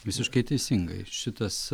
visiškai teisingai šitas